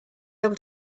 able